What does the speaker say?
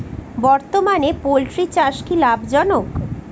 বর্তমানে পোলট্রি চাষ কি লাভজনক?